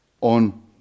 on